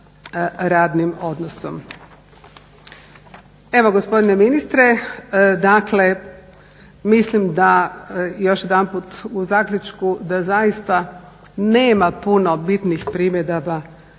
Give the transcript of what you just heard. radnim odnosom. Evo gospodine ministre, dakle mislim da još jedanput u zaključku da zaista nema puno bitnih primjedaba